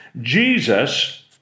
Jesus